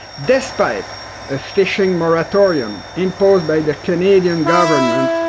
despite a fishing moratorium imposed by the canadian government,